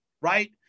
right